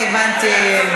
אני הבנתי,